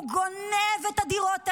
הוא גונב את הדירות האלה,